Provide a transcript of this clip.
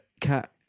Cat